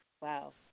Wow